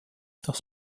das